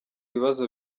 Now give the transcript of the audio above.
ibibazo